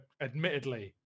Admittedly